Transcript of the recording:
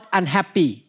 unhappy